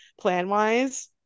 plan-wise